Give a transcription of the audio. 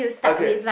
okay